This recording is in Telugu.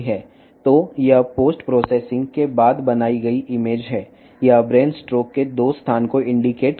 కాబట్టి ఇది పోస్ట్ ప్రాసెసింగ్ తర్వాత సృష్టించబడిన చిత్రం ఇది మెదడు స్ట్రోక్ యొక్క 2 స్థానాన్ని సూచిస్తుంది